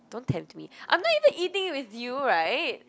don't tempt me I'm not even eating with you right